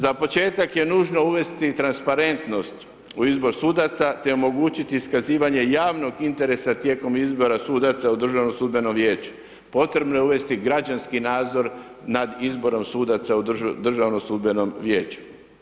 Za početak je nužno uvesti transparentnost u izbor sudaca, te omogućiti iskazivanje javnog interesa tijekom izbora sudaca u Državnom sudbenom vijeću, potrebno je uvesti građanski nadzor, nad izborom sudaca u Državnom sudbenom vijeću.